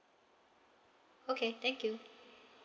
okay thank you